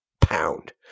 Pound